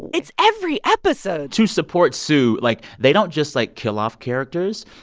it's every episode to support sue, like, they don't just, like, kill off characters.